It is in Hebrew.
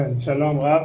שלום רב.